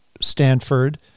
Stanford